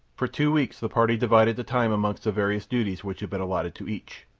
for two weeks the party divided the time amongst the various duties which had been allotted to each.